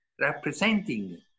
representing